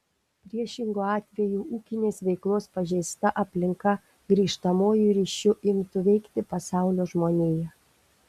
priešingu atveju ūkinės veiklos pažeista aplinka grįžtamuoju ryšiu imtų veikti pasaulio žmoniją